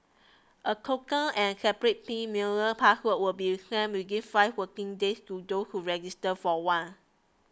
a token and separate pin mailer password will be sent within five working days to those who register for one